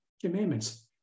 Commandments